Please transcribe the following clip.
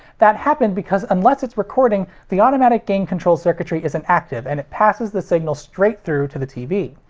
that happened because unless it's recording, the automatic gain control circuitry isn't active and it passes the signal straight through to the tv.